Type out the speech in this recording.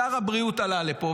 שר הבריאות עלה לפה,